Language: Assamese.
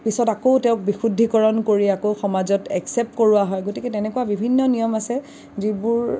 পিছত তেওঁক আকৌ বিশুদ্ধিকৰণ কৰি আকৌ সমাজত এক্সেপ্ট কৰোৱা হয় গতিকে তেনেকুৱা বিভিন্ন নিয়ম আছে যিবোৰ